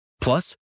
Plus